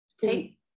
take